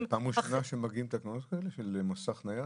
--- פעם ראשונה שמתקינים תקנות כאלה של מוסך נייד?